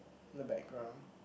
the background